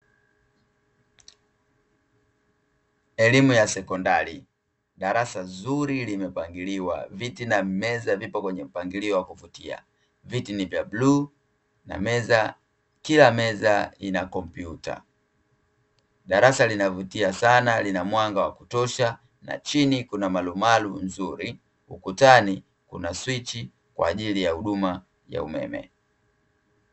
Elimu ya sekondari, darasa zuri limepangiliwa, viti na meza vipo kwenye mpangilio wa kuvutia. Viti ni vya bluu, kila meza ina kompyuta , darasa linavutia sana, lina mwanga wa kutosha, na chini kuna marumaru nzuri na ukutani kuna swichi kwa ajili ya huduma ya umeme .